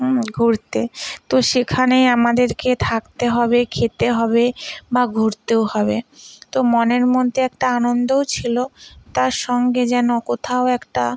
ঘুরতে তো সেখানেই আমাদেরকে থাকতে হবে খেতে হবে বা ঘুরতেও হবে তো মনের মধ্যে একটা আনন্দও ছিলো তার সঙ্গে যেন কোথাও একটা